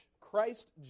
Christ